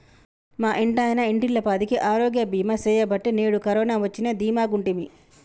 మా ఇంటాయన ఇంటిల్లపాదికి ఆరోగ్య బీమా సెయ్యబట్టే నేడు కరోన వచ్చినా దీమాగుంటిమి